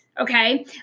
okay